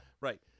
Right